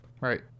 Right